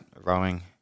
rowing